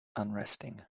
unresting